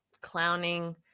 Clowning